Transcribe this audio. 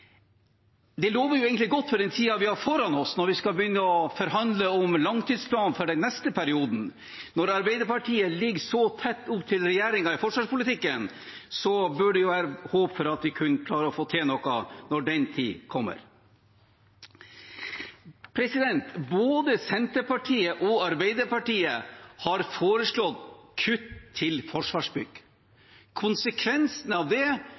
Det lover egentlig godt for den tiden vi har foran oss, når vi skal begynne å forhandle om langtidsplanen for den neste perioden. Når Arbeiderpartiet ligger så tett opp til regjeringen i forsvarspolitikken, bør det være håp for at vi skal kunne klare å få til noe når den tid kommer. Både Senterpartiet og Arbeiderpartiet har foreslått kutt til Forsvarsbygg. Konsekvensen av det